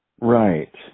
Right